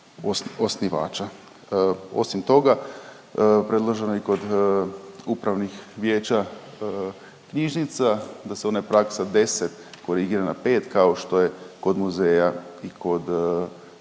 Osim toga, predloženo je i kod upravnih vijeća knjižnica da se ona praksa 10 korigira na 5 kao što je kod muzeja i kod, i